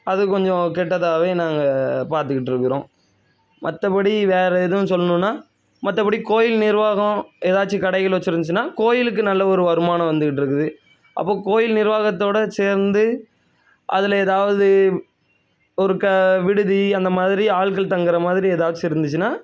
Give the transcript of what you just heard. அது கொஞ்சம் கெட்டதாகவே நாங்கள் பார்த்துட்ருக்கறோம் மற்றபடி வேறு எதுவும் சொல்லணுன்னா மற்றபடி கோயில் நிர்வாகம் ஏதாச்சு கடைகள் வெச்சுருந்ச்சின்னா கோயிலுக்கு நல்ல ஒரு வருமானம் வந்துட்டிருக்குது அப்போது கோயில் நிர்வாகத்தோடு சேர்ந்து அதில் ஏதாவுது ஒரு க விடுதி அந்த மாதிரி ஆட்கள் தங்குற மாதிரி ஏதாச்சு இருந்துச்சுன்னா